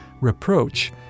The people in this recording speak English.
reproach